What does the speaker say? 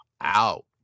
out